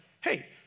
hey